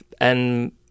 and-